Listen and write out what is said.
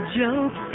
joke